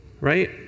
right